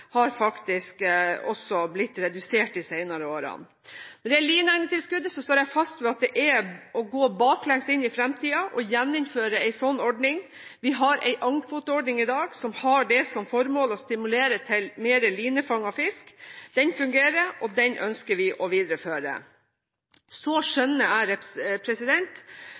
har faktisk også blitt redusert de senere årene. Når det gjelder lineegnetilskuddet, står jeg fast ved at det er å gå baklengs inn i fremtiden å gjeninnføre en slik ordning. Vi har en agnkvoteordning i dag som har det som formål å stimulere til mer linefanget fisk. Den fungerer, og den ønsker vi å videreføre. Så skjønner jeg